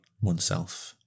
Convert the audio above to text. oneself